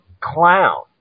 clown